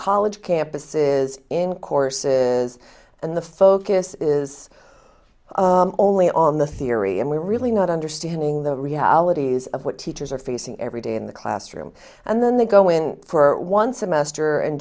college campuses in courses and the focus is only on the theory and we're really not understanding the realities of what teachers are facing every day in the classroom and then they go in for one semester and